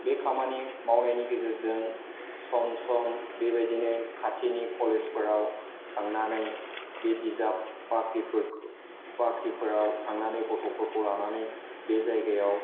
बे खामानि मावनायनि गेजेरजों सम सम बेबायदिनो खाथिनि कलेजफोराव थांनानै बे बिजाब बाख्रिफोरखौ बाख्रिफोराव थांनानै गथ'फोरखौ लांनानै बे जायगायाव